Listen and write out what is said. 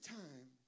time